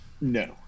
No